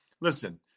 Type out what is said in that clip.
Listen